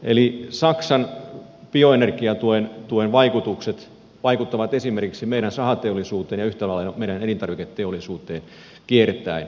eli saksan bioenergiatuen vaikutukset vaikuttavat esimerkiksi meidän sahateollisuuteen ja yhtä lailla meidän elintarviketeollisuuteen kiertäen